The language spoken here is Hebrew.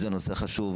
זה נושא חשוב.